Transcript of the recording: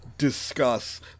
Discuss